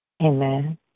Amen